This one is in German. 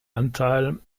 anteil